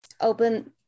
open